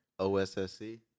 OSSC